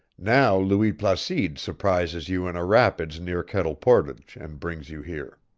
now louis placide surprises you in a rapids near kettle portage and brings you here.